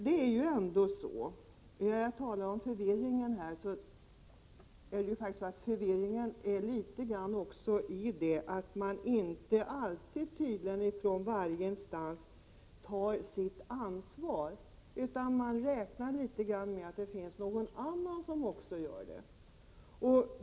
Den förvirring jag talar om ligger också litet grand i att varje instans tydligen inte alltid tar sitt ansvar utan till viss del räknar med att det finns någon annan som även tar ansvar.